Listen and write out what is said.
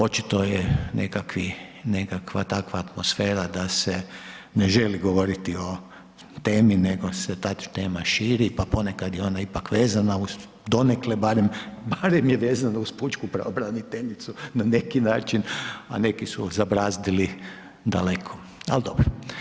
Očito je nekakva takva atmosfera da se ne želi govoriti o temi nego se ta tema širi, pa ponekad je ona ipak vezana donekle barem, barem je vezana uz pučku pravobraniteljicu na neki način, a neki su zabrazdili daleko, ali dobro.